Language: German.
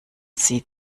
sie